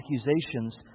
accusations